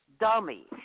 dummy